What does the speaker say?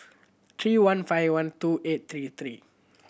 three one five one two eight three three